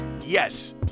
yes